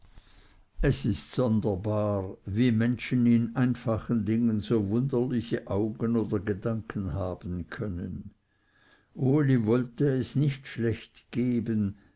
es ist sonderbar wie menschen in einfachen dingen so wunderliche augen oder gedanken haben können uli wollte es nicht schlecht geben